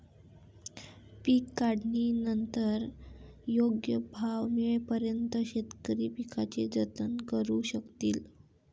पीक काढणीनंतर योग्य भाव मिळेपर्यंत शेतकरी पिकाचे जतन करू शकतील